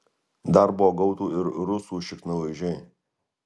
darbo gautų ir rusų šiknalaižiai